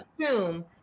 assume